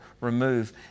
remove